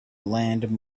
land